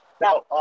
Now